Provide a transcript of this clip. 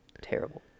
Terrible